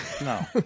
no